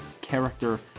character